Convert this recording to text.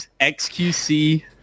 XQC